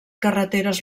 carreteres